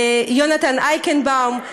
יונתן אייקנבאום,